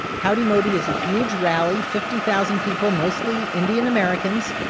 howdy modi is a huge rally fifty thousand people, mostly indian americans.